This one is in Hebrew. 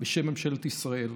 בשם ממשלת ישראל,